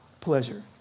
pleasure